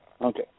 Okay